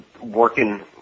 working